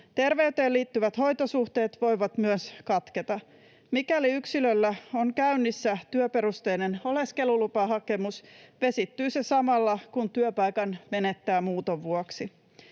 Terveyteen liittyvät hoitosuhteet voivat myös katketa. Mikäli yksilöllä on käynnissä työperusteinen oleskelulupahakemus, vesittyy se samalla, kun työpaikan menettää muuton vuoksi.